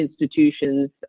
institutions